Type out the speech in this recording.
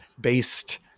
based